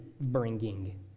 bringing